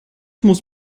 muss